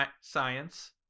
Science